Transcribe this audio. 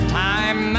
time